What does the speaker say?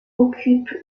occupe